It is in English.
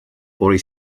for